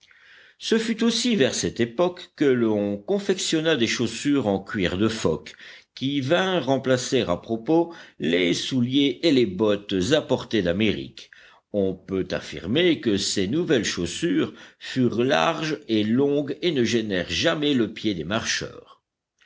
ce fut aussi vers cette époque que l'on confectionna des chaussures en cuir de phoque qui vinrent remplacer à propos les souliers et les bottes apportés d'amérique on peut affirmer que ces nouvelles chaussures furent larges et longues et ne gênèrent jamais le pied des marcheurs